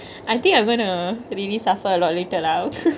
I think I'm goingk to really suffer a lot lah